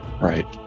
right